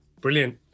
Brilliant